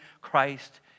Christ